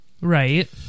Right